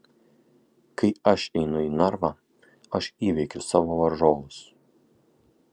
kai aš einu į narvą aš įveikiu savo varžovus